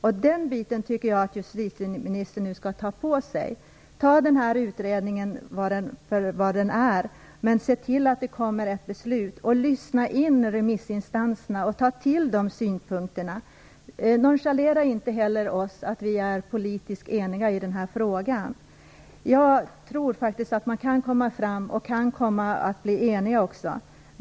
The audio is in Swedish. Jag tycker faktiskt att justitieministern nu skall ta på sig ansvaret för detta. Ta den här utredningen för vad den är, men se till att det kommer ett beslut. Lyssna till remissinstanserna, och ta till er de synpunkterna. Nonchalera heller inte att vi är politiskt eniga i den här frågan. Jag tror faktiskt att det är möjligt att nå fram och att vi också kan bli eniga.